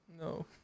No